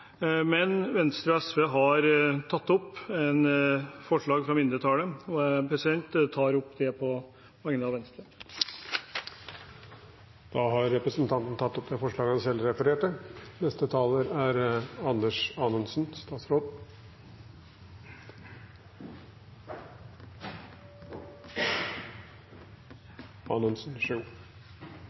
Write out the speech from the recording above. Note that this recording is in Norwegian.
SV har tatt opp et forslag fra mindretallet. Jeg tar opp forslaget på vegne av Venstre. Representanten André N. Skjelstad har tatt opp det forslaget han refererte